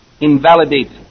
invalidates